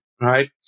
right